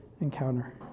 encounter